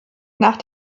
nach